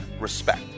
respect